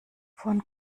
von